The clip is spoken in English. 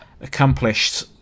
accomplished